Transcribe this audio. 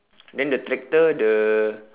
then the tractor the